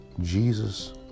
Jesus